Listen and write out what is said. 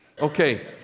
Okay